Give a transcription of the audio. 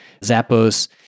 Zappos